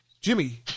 Jimmy